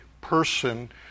person